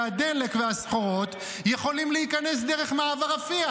הדלק והסחורות יכולים להיכנס דרך מעבר רפיח.